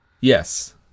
Yes